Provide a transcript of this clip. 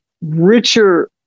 richer